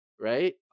right